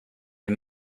les